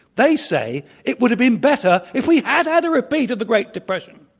they say it would have been better if we had had a repeat of the great depression.